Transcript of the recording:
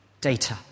data